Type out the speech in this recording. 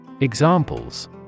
Examples